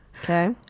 okay